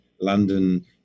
London